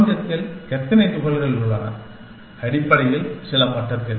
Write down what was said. பிரபஞ்சத்தில் எத்தனை துகள்கள் உள்ளன அடிப்படையில் சில மட்டத்தில்